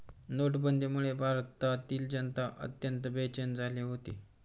नोटाबंदीमुळे भारतातील जनता अत्यंत बेचैन झाली होती